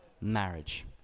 marriage